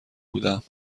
بودم